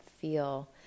feel